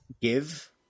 Give